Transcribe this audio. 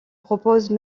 propose